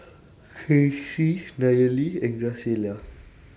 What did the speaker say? Kaycee Nayeli and Graciela